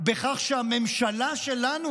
בכך שהממשלה שלנו,